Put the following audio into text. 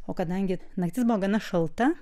o kadangi naktis buvo gana šalta